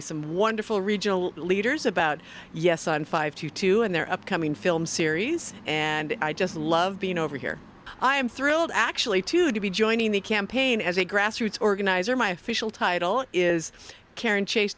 to some wonderful regional leaders about yes on five to two in their upcoming film series and i just love being over here i am thrilled actually to be joining the campaign as a grassroots organizer my official title is karen chase